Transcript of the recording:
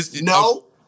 No